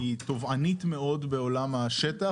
היא תובענית מאוד בעולם השטח.